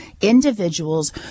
individuals